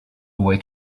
away